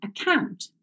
account